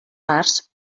parts